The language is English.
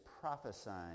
prophesying